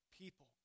people